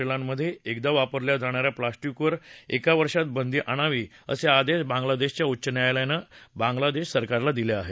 किंमधे एकदा वापरल्या जाणाऱ्या प्लासिकेवर एका वर्षाच्या आत बंदी आणावी असे आदेश बांगलादेशाच्या उच्च न्यायालयानं बांगलादेश सरकारला दिले आहेत